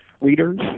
readers